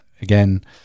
Again